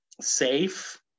safe